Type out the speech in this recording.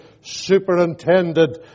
superintended